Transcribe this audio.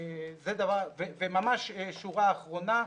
וממש שורה אחרונה,